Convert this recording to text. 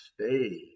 stay